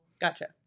Gotcha